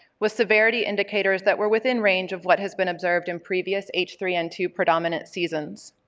with severity indicators that were within range of what has been observed in previous h three n two predominant seasons.